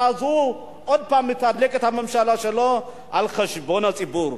ואז הוא שוב מתדלק את הממשלה שלו על חשבון הציבור.